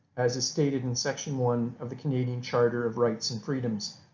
as a stated in section one of the canadian charter of rights and freedoms.